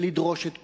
ולדרוש את פיטוריו.